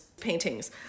paintings